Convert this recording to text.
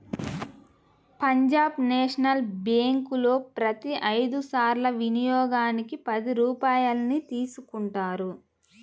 Punjab national బ్యేంకులో ప్రతి ఐదు సార్ల వినియోగానికి పది రూపాయల్ని తీసుకుంటారు